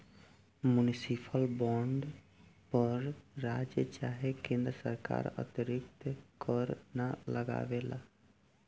municipal bond पर राज्य चाहे केन्द्र सरकार अतिरिक्त कर ना लगावेला